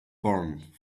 burned